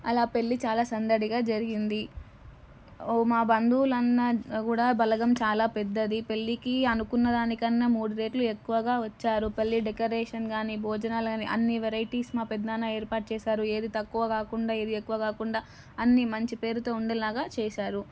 అలా పెళ్ళి చాలా సందడిగా జరిగింది ఓ మా బంధువులు అన్నాకూడా బలగం చాలా పెద్దది పెళ్ళికి అనుకున్న దానికన్నా మూడు రెట్లు ఎక్కువగా వచ్చారు పెళ్ళి డెకరేషన్ కానీ భోజనాలు కానీ అన్ని వెరైటీస్ మా పెదనాన్న ఏర్పాటు చేసారు ఏదీ తక్కువ కాకుండా ఏదీ ఎక్కువ కాకుండా అన్నీ మంచి పేరుతో ఉండేలాగా చేసారు